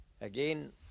again